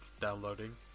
downloading